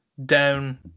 down